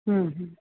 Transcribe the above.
ਹੂੰ ਹੂੰ